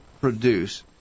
produce